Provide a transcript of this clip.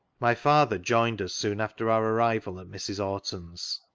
my father joined us soon after our arrival at mrs. orton's.